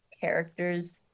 characters